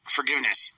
forgiveness